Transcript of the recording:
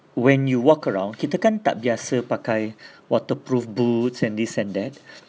when you walk around kita kan tak biasa pakai waterproof boots and this and that